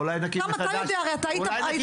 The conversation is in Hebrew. גם אתה יודע אתה היית